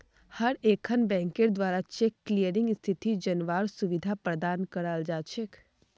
हर एकखन बैंकेर द्वारा चेक क्लियरिंग स्थिति जनवार सुविधा प्रदान कराल जा छेक